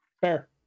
Fair